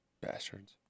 Bastards